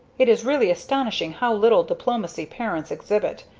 it is really astonishing how little diplomacy parents exhibit,